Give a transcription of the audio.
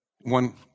One